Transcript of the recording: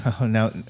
Now